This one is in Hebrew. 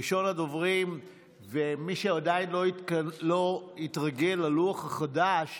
מי שעדיין לא התרגל ללוח החדש,